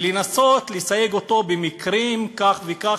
ולנסות לסייג אותו במקרים כך וכך,